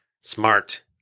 smart